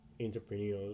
entrepreneurs